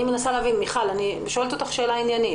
מיכל, אני שואלת אותך שאלה עניינית.